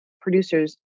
producers